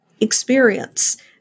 experience